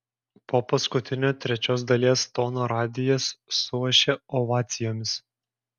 po paskutinio trečios dalies tono radijas suošia ovacijomis